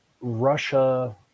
Russia